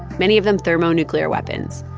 many of them thermonuclear weapons,